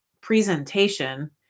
presentation